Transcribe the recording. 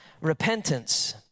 Repentance